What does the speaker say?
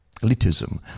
Elitism